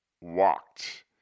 walked